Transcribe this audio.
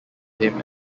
him